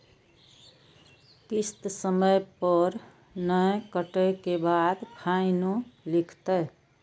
किस्त समय पर नय कटै के बाद फाइनो लिखते?